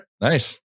Nice